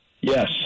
Yes